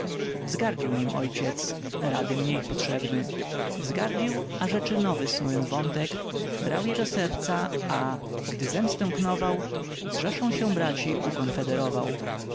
wzgardził nim ojciec rady mniej potrzebny wzgardził a rzeczy nowy snując wątek brał je do serca a gdy zemstę knował z rzeszą się braci ukonfederował